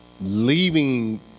leaving